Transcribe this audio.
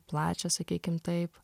plačią sakykim taip